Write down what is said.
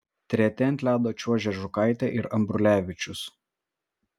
treti ant ledo čiuožė žukaitė ir ambrulevičius